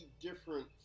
different